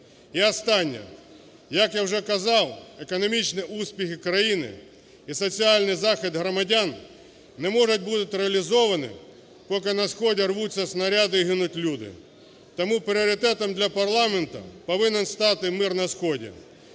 І останнє. Як я вже казав, економічні успіхи країни і соціальний захист громадян не можуть бути реалізовані поки на сході рвуться снаряди і гинуть люди. Тому пріоритетом для парламенту повинен стати мир на сході.